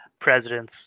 presidents